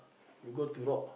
you go to rock